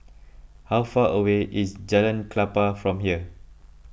how far away is Jalan Klapa from here